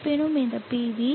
இருப்பினும் இந்த PV